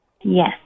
Yes